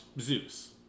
Zeus